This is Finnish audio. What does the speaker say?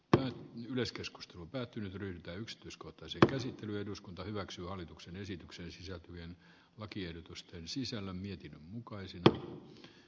telen yleiskeskustelun päätin ryhtyä yksityiskohtaisia käsittely eduskunta hyväksyy hallituksen esitykseen sisältyvien lakiehdotusten sisällä mietin mukaisiin alle